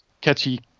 catchy